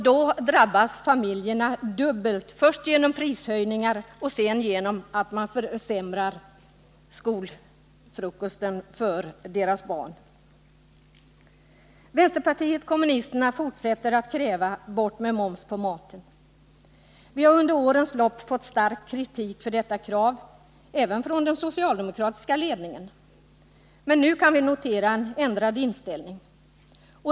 Då drabbas familjerna dubbelt, först genom prishöjningar och sedan genom försämrade skolmåltider för barnen. Vpk fortsätter att kräva ”Bort med moms på maten”. Vi har under årens lopp fått stark kritik för detta krav, även från den socialdemokratiska ledningen. Men nu noterar vi en ändrad inställning.